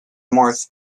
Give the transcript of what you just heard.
marthe